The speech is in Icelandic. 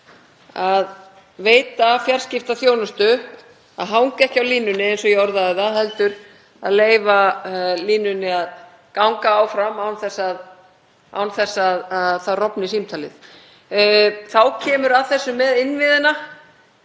að veita fjarskiptaþjónustu og hanga ekki á línunni, eins og ég orðaði það, heldur að leyfa línunni að ganga áfram án þess að símtalið rofni. Þá kemur að þessu með innviðina,